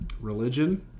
Religion